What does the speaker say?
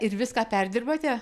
ir viską perdirbate